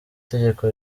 tegeko